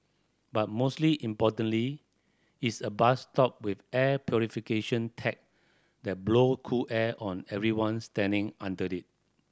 but mostly importantly it's a bus stop with air purification tech that blow cool air on anyone standing under it